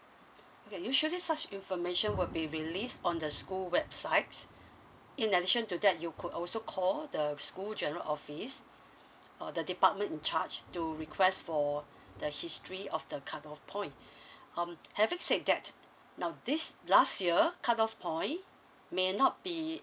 okay usually such information will be released on the school websites in addition to that you could also call the school general office or the department in charge to request for the history of the cut off point um having said that now this last year cut off point may not be